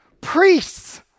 Priests